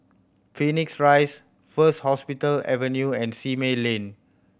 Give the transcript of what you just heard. Phoenix Rise First Hospital Avenue and Simei Lane